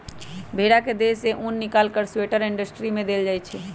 भेड़ा के देह से उन् निकाल कऽ स्वेटर इंडस्ट्री में देल जाइ छइ